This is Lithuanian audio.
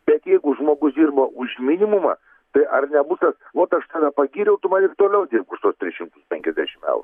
bet jeigu žmogus dirba už minimumą tai ar nebūtų vot aš tave pagyriau tu man ir toliau dirbk už tuos tris šimtus penkiasdešimt eurų